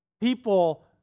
people